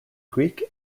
greek